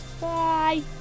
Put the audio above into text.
Bye